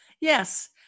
Yes